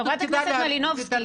חברת הכנסת מלינובסקי,